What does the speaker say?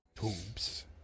tubes